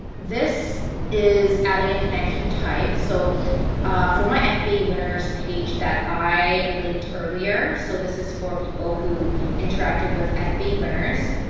this is adding a connection type. so for my fba winners page that i linked earlier, so this is for people who interacted with ah fba winners.